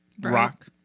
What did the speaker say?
rock